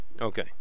Okay